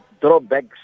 drawbacks